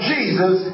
Jesus